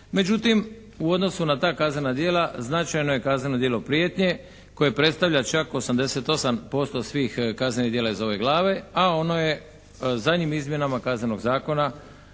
Međutim u odnosu na taj kaznena djela značajno je kazneno djelo prijetnje koje predstavlja čak 88% svih kaznenih djela iz ove glave, a ono je zadnjim izmjenama Kaznenog zakona